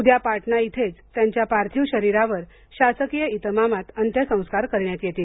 उद्या पाटणा इथेच त्यांच्या पार्थिव शरीरावर शासकीय इतमामात अंत्यसंस्कार करण्यात येतील